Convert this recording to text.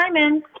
Simon